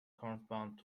corresponds